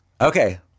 okay